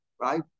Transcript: right